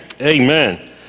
Amen